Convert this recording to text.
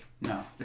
No